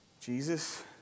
Jesus